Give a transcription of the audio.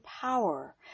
power